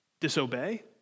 disobey